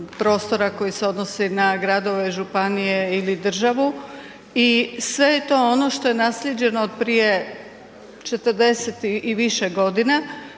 prostora koji se odnosi na gradove, županije ili državu i sve je to ono što je nasljeđeno od prije 40 i više godina